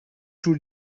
جور